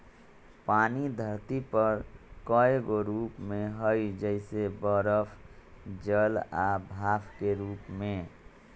पानी धरती पर कए गो रूप में हई जइसे बरफ जल आ भाप के रूप में